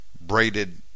braided